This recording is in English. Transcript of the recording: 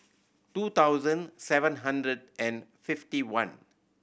two thousand seven hundred and fifty one